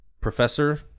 Professor